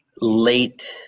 late